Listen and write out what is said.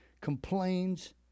complains